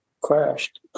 crashed